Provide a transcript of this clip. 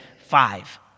Five